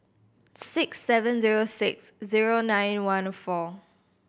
six seven zero six zero nine one four